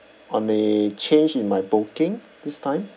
on a change in my booking this time